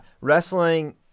wrestling